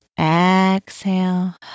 exhale